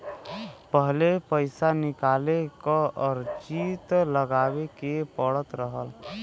पहिले पइसा निकाले क अर्जी लगावे के पड़त रहल